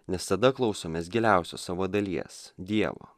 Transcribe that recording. nes tada klausomės giliausios savo dalies dievo